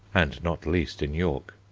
and not least in york.